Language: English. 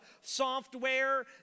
software